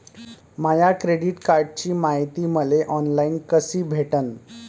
माया credit कार्डची मायती मले ऑनलाईन कसी भेटन?